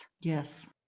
Yes